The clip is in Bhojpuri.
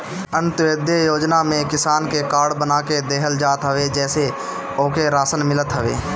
अन्त्योदय योजना में किसान के कार्ड बना के देहल जात हवे जेसे ओके राशन मिलत हवे